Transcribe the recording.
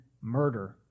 murder